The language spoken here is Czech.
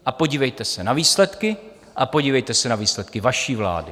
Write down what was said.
A podívejte se na výsledky a podívejte se na výsledky vaší vlády.